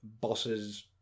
bosses